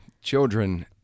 children